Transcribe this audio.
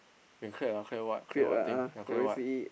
you clear ah clear what clear what thing ya clear what